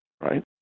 Right